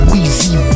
Weezy